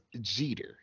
Jeter